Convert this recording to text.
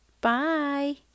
Bye